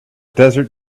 desert